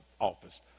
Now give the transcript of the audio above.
office